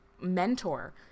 mentor